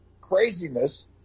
craziness